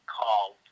called